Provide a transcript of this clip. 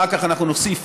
אחר כך אנחנו נוסיף,